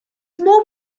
more